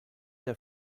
der